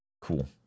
Cool